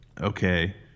Okay